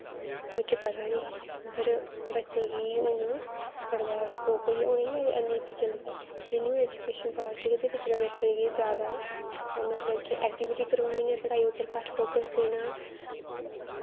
मिगी पता निं पर बच्चें गी हून बड़ा जैदा स्कोप होई दा हून ते इ'यां बी न्यू ऐजुकेशन पालसी चली दी जेह्ड़ी न्यू ऐजुकेशन पालिसी एह्दे च ते बच्चें गी जैदा ऐकटिविटी करवानी ऐ पढ़ाई पर घट्ट फोक्स देना